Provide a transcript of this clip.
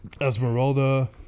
Esmeralda